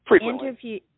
interview